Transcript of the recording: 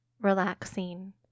relaxing